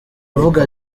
avuga